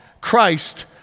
Christ